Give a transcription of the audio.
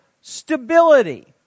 stability